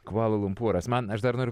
kvala lumpūras man aš dar noriu